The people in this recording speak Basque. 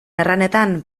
erranetan